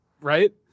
right